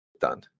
done